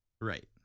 Right